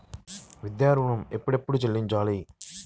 విద్యా ఋణం ఎప్పుడెప్పుడు చెల్లించాలి?